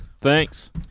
Thanks